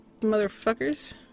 motherfuckers